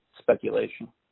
speculation